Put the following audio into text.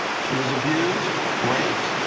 she was abuse, rate,